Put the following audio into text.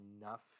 enough